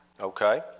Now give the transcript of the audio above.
okay